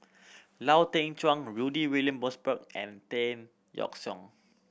Lau Teng Chuan Rudy William Mosbergen and Tan Yeok Seong